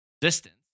distance